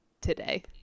today